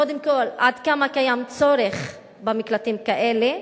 קודם כול עד כמה קיים צורך במקלטים כאלה,